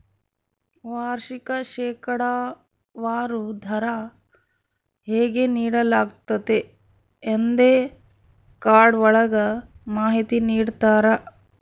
ವಾರ್ಷಿಕ ಶೇಕಡಾವಾರು ದರ ಹೇಗೆ ನೀಡಲಾಗ್ತತೆ ಎಂದೇ ಕಾರ್ಡ್ ಒಳಗ ಮಾಹಿತಿ ನೀಡಿರ್ತರ